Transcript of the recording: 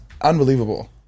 unbelievable